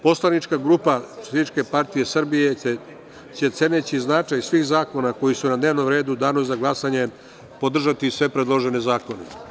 Poslanička grupa SPS će, ceneći značaj svih zakona koji su na dnevnom redu, u danu za glasanje podržati sve predložene zakone.